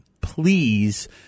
please